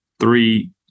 three